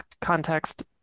context